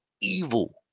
evil